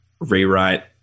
rewrite